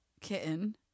Kitten